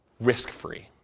risk-free